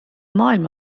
maailm